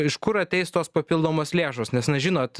iš kur ateis tos papildomos lėšos nes na žinot